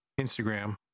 Instagram